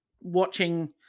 watching